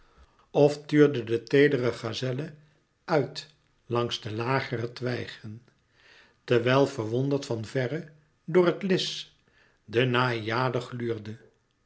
of tuurde de teedere gazelle uit langs de lagere twijgen terwijl verwonderd van verre door het